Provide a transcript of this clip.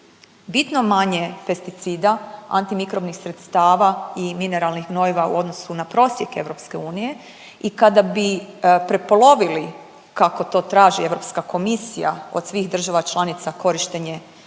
bitno manje pesticida, antimikrobnih sredstava i mineralnih gnojiva u odnosu na prosjek EU i kada bi prepolovili kako to traži Europska komisija od svih država članica korištenje